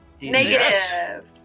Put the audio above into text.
Negative